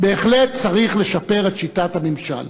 בהחלט צריך לשפר את שיטת הממשל,